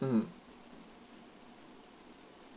mm